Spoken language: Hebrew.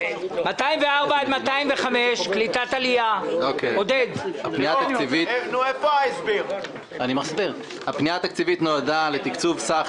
204 205. הפנייה התקציבית נועדה לתקצוב סך